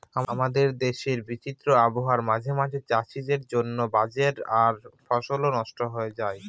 আমাদের দেশের বিচিত্র আবহাওয়া মাঝে মাঝে চাষীদের জন্য বাজে আর ফসলও নস্ট হয়ে যায়